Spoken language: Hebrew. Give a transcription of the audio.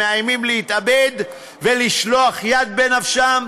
שמאיימים להתאבד ולשלוח יד בנפשם.